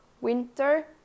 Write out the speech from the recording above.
winter